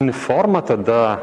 uniforma tada